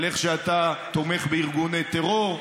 על איך שאתה תומך בארגוני טרור,